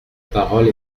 parole